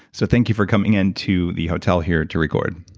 so thank you for coming in to the hotel here to record